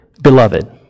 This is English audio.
beloved